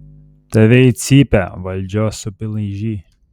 tave į cypę valdžios subinlaižy